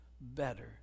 better